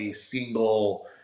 single